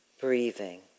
breathing